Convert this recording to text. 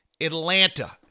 Atlanta